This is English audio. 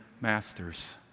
masters